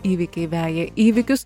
įvykiai veja įvykius